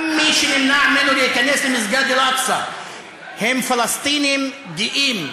גם מי שנמנע ממנו להיכנס למסגד אל-אקצא הם פלסטינים גאים,